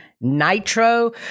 Nitro